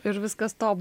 ir viskas stop